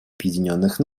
объединенных